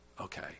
Okay